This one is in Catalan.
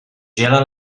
gelen